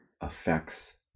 affects